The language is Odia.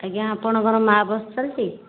ଆଜ୍ଞା ଅପଙ୍କର ମା' ବସ ଚାଲିଛି